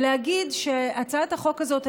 להגיד שהצעת החוק הזאת,